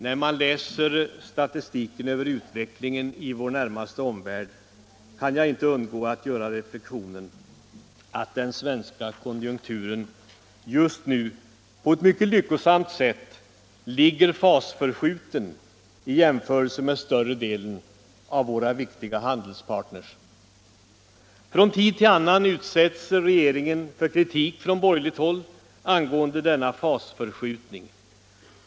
När jag läser statistiken över utvecklingen i vår närmaste omvärld kan jag inte undgå att göra reflexionen att den svenska konjunkturen just nu på ett mycket lyckosamt sätt ligger fasförskjuten i jämförelse med vad som gäller för större delen av våra viktiga handelspartner. Från tid till annan utsätts regeringen för kritik från borgerligt håll angående denna fasförskjutning.